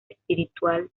espiritual